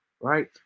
right